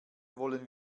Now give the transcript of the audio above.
wollen